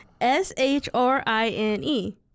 S-H-R-I-N-E